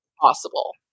possible